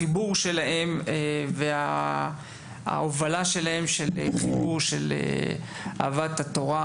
החיבור שלהם וההובלה שלהם בחיבור לאהבת התורה,